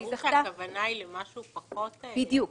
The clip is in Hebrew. ברור שהכוונה היא למשהו פחות --- בדיוק.